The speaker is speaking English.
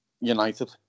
United